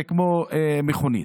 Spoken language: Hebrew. זה כמו מכונית.